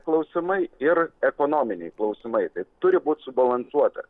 klausimai ir ekonominiai klausimai tai turi būt subalansuota